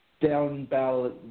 down-ballot